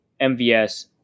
MVS